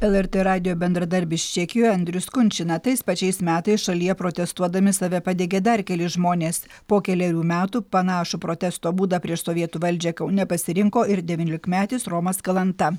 lrt radijo bendradarbis čekijoj andrius kunčina tais pačiais metais šalyje protestuodami save padegė dar keli žmonės po kelerių metų panašų protesto būdą prieš sovietų valdžią kaune pasirinko ir devyniolikmetis romas kalanta